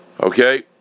Okay